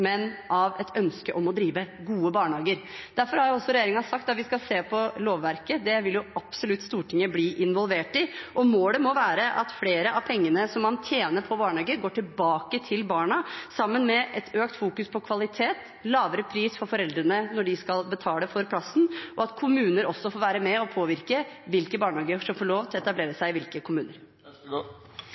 men av et ønske om å drive gode barnehager. Derfor har regjeringen sagt at vi skal se på lovverket. Det vil Stortinget absolutt bli involvert i, og målet må være at mer av pengene man tjener på barnehager, går tilbake til barna – sammen med et sterkere fokus på kvalitet, lavere pris for foreldrene når de skal betale for plassen, og at kommuner også får være med og påvirke hvilke barnehager som får lov til å etablere seg i hvilke kommuner.